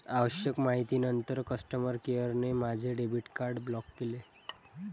आवश्यक माहितीनंतर कस्टमर केअरने माझे डेबिट कार्ड ब्लॉक केले